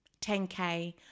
10K